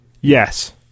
Yes